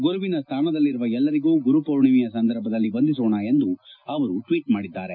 ಗುರುವಿನ ಸ್ಥಾನದಲ್ಲಿರುವ ಎಲ್ಲರಿಗೂ ಗುರು ಪೂರ್ಣಿಮೆಯ ಸಂದರ್ಭದಲ್ಲಿ ವಂದಿಸೋಣ ಎಂದು ಅವರು ಟ್ನೀಟ್ ಮಾಡಿದ್ಗಾರೆ